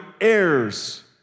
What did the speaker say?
heirs